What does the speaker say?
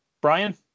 Brian